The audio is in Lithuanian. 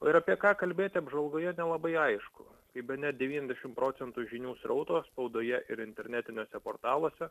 ir apie ką kalbėti apžvalgoje nelabai aišku kai bene devyniasdešimt procentų žinių srauto spaudoje ir internetiniuose portaluose